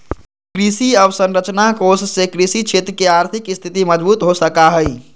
कृषि अवसरंचना कोष से कृषि क्षेत्र के आर्थिक स्थिति मजबूत हो सका हई